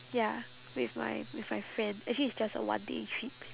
ya with my with my friend actually it's just a one day trip